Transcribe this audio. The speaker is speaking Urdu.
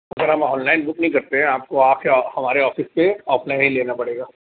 سر ہم آن لائن بک نہیں کرتے ہیں آپ کو آ کے ہمارے آفس پہ آف لائن ہی لینا پڑے گا